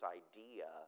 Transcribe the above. idea